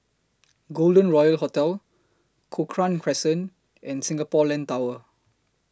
Golden Royal Hotel Cochrane Crescent and Singapore Land Tower